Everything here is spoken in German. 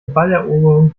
balleroberung